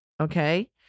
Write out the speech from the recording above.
Okay